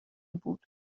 بود